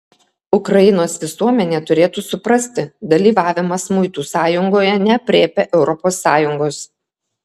ukrainos visuomenė turėtų suprasti dalyvavimas muitų sąjungoje neaprėpia europos sąjungos